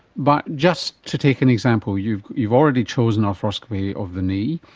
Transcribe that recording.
but just to take an example, you've you've already chosen arthroscopy of the knee,